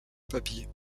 papier